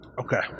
Okay